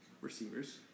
receivers